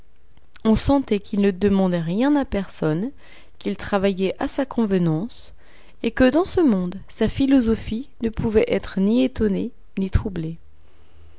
on sentait qu'il ne demandait rien à personne qu'il travaillait à sa convenance et que dans ce monde sa philosophie ne pouvait être ni étonnée ni troublée